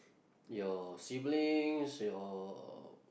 your siblings your